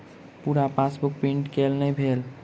पूरा passbook print केल नहि भेल